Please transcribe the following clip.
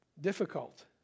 difficult